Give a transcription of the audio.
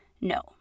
no